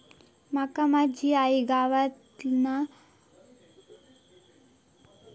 माका माझी आई गावातना पैसे पाठवतीला तर ती कशी पाठवतली?